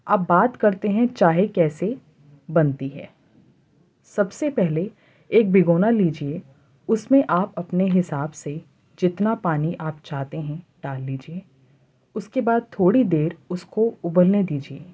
اب بات کرتے ہیں چائے کیسے بنتی ہے سب سے پہلے ایک بھگونا لیجیے اس میں آپ اپنے حساب سے جتنا پانی آپ چاہتے ہیں ڈال لیجیے اس کے بعد تھوڑی دیر اس کو ابلنے دیجیے